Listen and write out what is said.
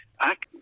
act